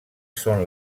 són